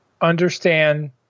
understand